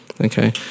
okay